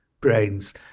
brains